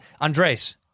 Andres